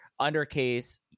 undercase